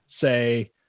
say